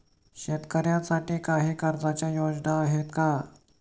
शेतकऱ्यांसाठी काही कर्जाच्या योजना आहेत का?